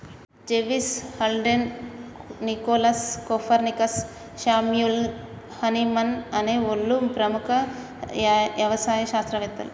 జెవిస్, Haldane, Nicholas, Copernicus, Samuel Hahnemann అనే ఓళ్ళు ప్రముఖ యవసాయ శాస్త్రవేతలు